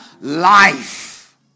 life